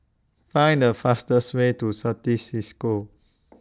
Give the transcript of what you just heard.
Find The fastest Way to Certis CISCO